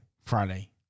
Friday